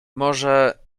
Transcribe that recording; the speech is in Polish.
może